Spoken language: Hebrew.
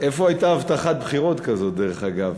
איפה הייתה הבטחת בחירות כזו, דרך אגב?